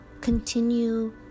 continue